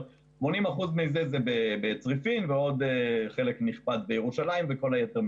80 אחוזים מזה הם בצריפין ועוד חלק נכבד בירושלים וכל היתר,